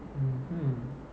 mmhmm